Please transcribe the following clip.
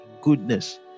goodness